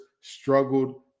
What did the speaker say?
struggled